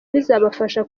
bizabafasha